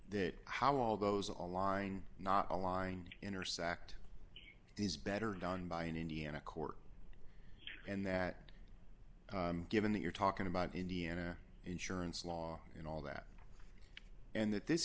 that how all those online not aligned intersect is better done by an indiana court and that given that you're talking about indiana insurance law and all that and that this